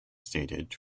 stated